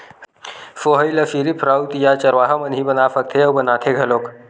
सोहई ल सिरिफ राउत या चरवाहा मन ही बना सकथे अउ बनाथे घलोक